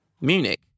Munich